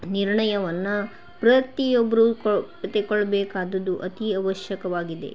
ನಿರ್ಣಯವನ್ನು ಪ್ರತಿ ಒಬ್ಬರು ಕೊ ತಗೋಳ್ಬೇಕಾದುದು ಅತೀ ಅವಶ್ಯಕವಾಗಿದೆ